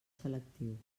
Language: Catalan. selectiu